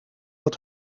wat